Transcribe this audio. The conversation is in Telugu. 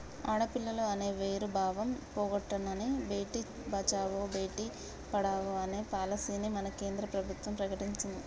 ఆడపిల్లలు అనే వేరు భావం పోగొట్టనని భేటీ బచావో బేటి పడావో అనే పాలసీని మన కేంద్ర ప్రభుత్వం ప్రకటించింది